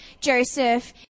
Joseph